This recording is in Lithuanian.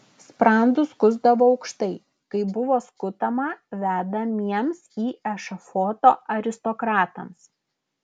sprandus skusdavo aukštai kaip buvo skutama vedamiems į ešafotą aristokratams